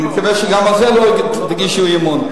אני מקווה שגם על זה לא תגישו אי-אמון.